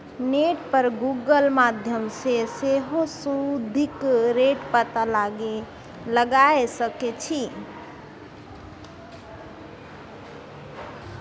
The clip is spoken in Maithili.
नेट पर गुगल माध्यमसँ सेहो सुदिक रेट पता लगाए सकै छी